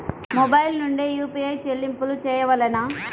Mobile నుండే UPI చెల్లింపులు చేయవలెనా?